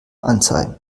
anzeigen